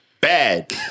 Bad